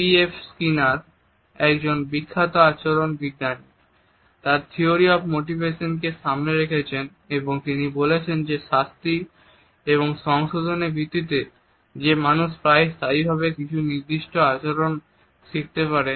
B F Skinner B F Skinner একজন বিখ্যাত আচরণ বিজ্ঞানী তাঁর থিওরি অফ মোটিভেশন কে সামনে রেখেছেন এবং তিনি বলেছেন যে শাস্তি এবং সংশোধনের ভিত্তিতে যে মানুষ প্রায়শই স্থায়ীভাবে কিছু নির্দিষ্ট আচরণ শিখতে পারে